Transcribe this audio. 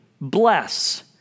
bless